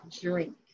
drink